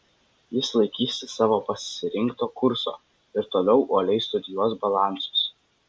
jis laikysis savo pasirinkto kurso ir toliau uoliai studijuos balansus